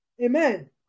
Amen